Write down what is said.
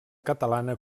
catalana